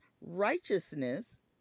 righteousness